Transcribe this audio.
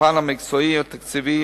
בפן המקצועי, התקציבי,